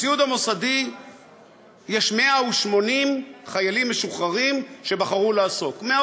בסיעוד המוסדי יש 180 חיילים משוחררים שבחרו לעסוק בכך.